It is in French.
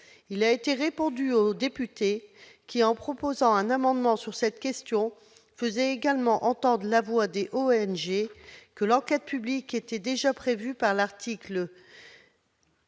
Il a été répondu aux députés qui, en défendant un amendement sur cette question, faisaient également entendre la voix des ONG, que l'enquête publique était déjà prévue par l'article